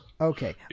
Okay